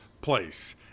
place